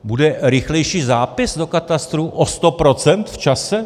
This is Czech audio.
Bude rychlejší zápis do katastru o sto procent v čase?